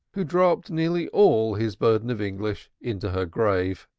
who dropped nearly all his burden of english into her grave.